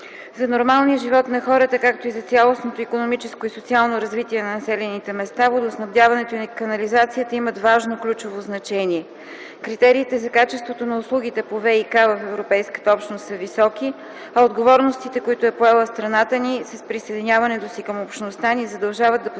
За нормалния живот на хората, както и за цялостното икономическо и социално развитие на населените места водоснабдяването и канализацията имат важно ключово значение. Критериите за качество на услугите по ВиК в Европейската общност са високи, а отговорностите, които е поела страната ни с присъединяването си към Общността ни задължават да постигнем